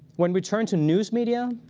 when we turn to news media,